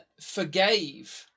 forgave